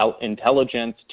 intelligence